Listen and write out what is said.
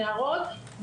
נערות,